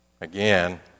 Again